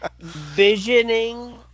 visioning